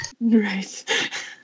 Right